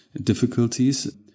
difficulties